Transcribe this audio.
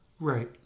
Right